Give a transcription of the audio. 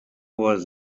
was